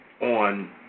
on